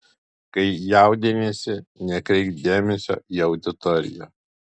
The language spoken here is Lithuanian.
kai jaudiniesi nekreipk dėmesio į auditoriją